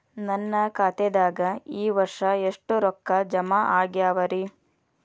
ನನ್ನ ಖಾತೆದಾಗ ಈ ವರ್ಷ ಎಷ್ಟು ರೊಕ್ಕ ಜಮಾ ಆಗ್ಯಾವರಿ?